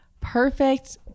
Perfect